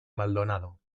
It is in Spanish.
maldonado